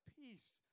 peace